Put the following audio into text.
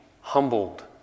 humbled